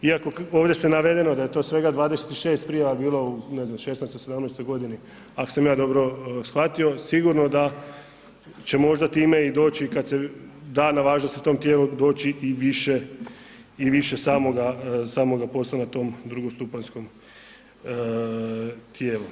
Iako ovdje se navedeno da je to svega 26 prijava bilo u ne znam '16., '17. godini ako sam ja dobro shvatio, sigurno da će možda time i doći kad se da na važnosti tom tijelu doći i više i više samoga posla na tom drugostupanjskom tijelu.